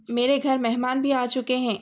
میرے گھر مہمان بھی آ چکے ہیں